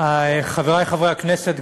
חברי חברי הכנסת,